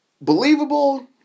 believable